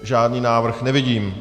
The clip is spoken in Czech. Žádný návrh nevidím.